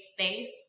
space